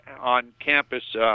on-campus